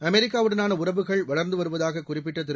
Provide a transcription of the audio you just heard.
அமெரிக்காவுடனான உறவுகள் வளர்ந்து வருவதாக குறிப்பிட்ட திரு